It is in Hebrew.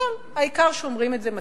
אבל העיקר שאומרים את זה מספיק.